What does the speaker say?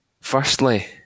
firstly